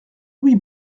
louis